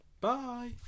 Bye